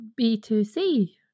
B2C